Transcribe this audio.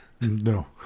No